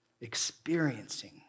experiencing